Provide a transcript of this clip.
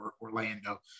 Orlando